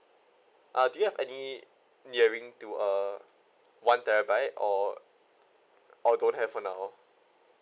ah do you have any nearing to uh one that I buy or or don't have for now